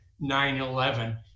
9-11